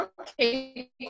okay